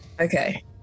Okay